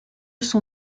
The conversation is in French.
son